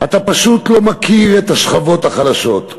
אתה פשוט לא מכיר את השכבות החלשות.